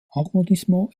arrondissement